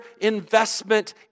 investment